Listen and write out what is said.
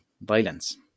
violence